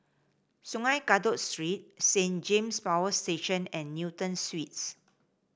Sungei Kadut Street Saint James Power Station and Newton Suites